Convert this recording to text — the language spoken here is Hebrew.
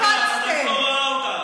רק את לא רואה אותה.